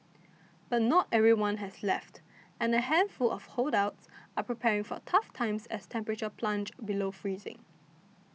but not everyone has left and a handful of holdouts are preparing for tough times as temperatures plunge below freezing